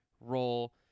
role